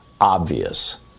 obvious